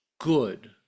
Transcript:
Good